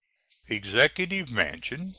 executive mansion,